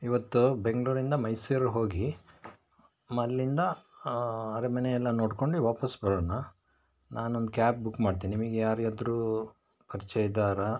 ಇವತ್ತು ಬೆಂಗಳೂರಿಂದ ಮೈಸೂರು ಹೋಗಿ ಅಲ್ಲಿಂದ ಅರಮನೆಯೆಲ್ಲ ನೋಡ್ಕೊಂಡು ವಾಪಸ್ ಬರೋಣ ನಾನೊಂದು ಕ್ಯಾಬ್ ಬುಕ್ ಮಾಡ್ತೀನಿ ನಿಮಗೆ ಯಾರ್ಯಾದ್ರೂ ಪರಿಚಯ ಇದ್ದಾರಾ